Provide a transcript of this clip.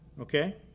Okay